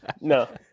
No